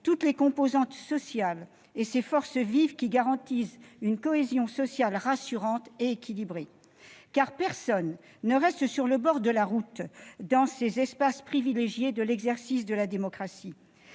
les enseignants, toutes les forces vives qui garantissent une cohésion sociale rassurante et équilibrée. Personne ne reste sur le bord de la route dans ces espaces privilégiés de l'exercice de la démocratie.